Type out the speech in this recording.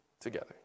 together